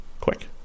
quick